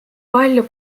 palju